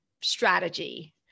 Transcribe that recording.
strategy